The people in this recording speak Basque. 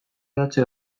idatzi